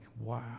wow